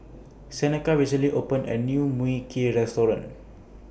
Seneca recently opened A New Mui Kee Restaurant